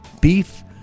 beef